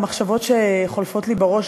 במחשבות שחולפות לי בראש,